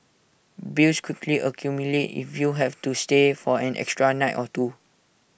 bills quickly accumulate if you have to stay for an extra night or two